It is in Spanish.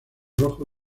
rojo